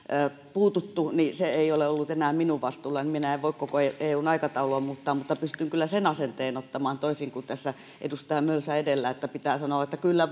puututtu ei ole ollut enää minun vastuullani minä en voi koko eun aikataulua muuttaa mutta pystyn kyllä sen asenteen ottamaan toisin kuin tässä edustaja mölsä edellä kun pitää sanoa että kyllä